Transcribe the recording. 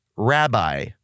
Rabbi